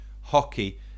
hockey